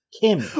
Kim